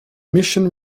mission